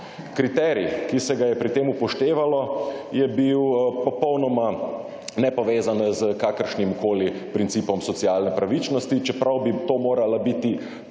Kriterij, ki se ga je pri tem upoštevalo, je bil popolnoma nepovezan s kakršnimkoli principom socialne pravičnosti, čeprav bi to moralo biti